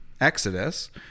Exodus